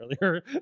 earlier